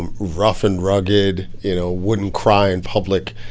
and rough and rugged, you know wouldn't cry in public.